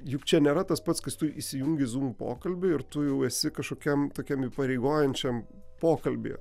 juk čia nėra tas pats kas tu įsijungi zūm pokalbį ir tu jau esi kažkokiam tokiam įpareigojančiam pokalbyje